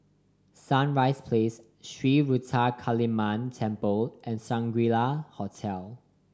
Sunrise Place Sri Ruthra Kaliamman Temple and Shangri La Hotel